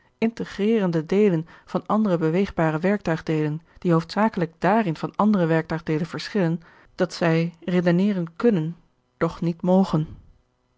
ongeluksvogel van andere beweegbare werktuigdeelen die hoofdzakelijk dààrin van andere werktuigdeelen verschillen dat zij redeneren kunnen doch niet mogen